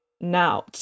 now